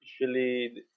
Usually